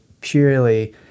purely